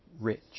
rich